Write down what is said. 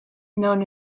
known